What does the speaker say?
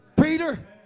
Peter